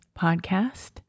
podcast